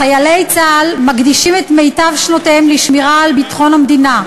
חיילי צה"ל מקדישים את מיטב שנותיהם לשמירה על ביטחון המדינה.